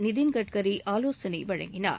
நிதின் கட்கரி ஆலோசனை வழங்கினார்